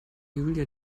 julia